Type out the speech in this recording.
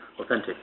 authentic